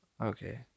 Okay